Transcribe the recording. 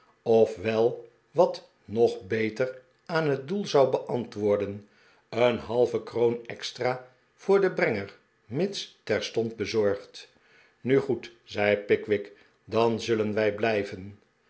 wel wat nog beter aan het doel zou beantwoorden een halve kroon extra voor den brenger mits terstond bezorgd nu goed zei pickwick dan zullen wij blijven